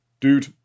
Dude